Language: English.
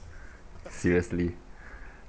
seriously